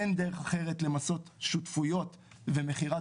אין דרך אחרת למסות שותפויות ומכירת